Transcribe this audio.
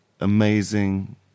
amazing